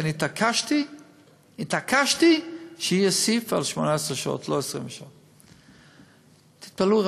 כי אני התעקשתי שיהיה סעיף על 18 שעות ולא 26. תתפלאו,